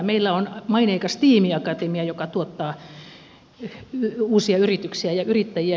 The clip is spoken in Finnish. meillä on maineikas tiimiakatemia joka tuottaa uusia yrityksiä ja yrittäjiä